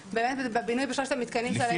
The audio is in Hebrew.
באמת בבינוי של שלושת המתקנים שאנחנו מדברים כרגע.